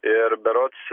ir berods